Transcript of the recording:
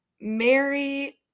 Mary